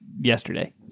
yesterday